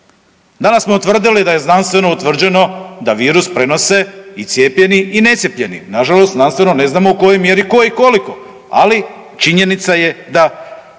Danas smo utvrdili da je znanstveno utvrđeno da virus prenose i cijepljeni i necijepljeni, nažalost znanstveno ne znamo u kojoj mjeri koji koliko, ali činjenica je da